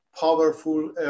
powerful